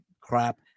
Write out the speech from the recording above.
crap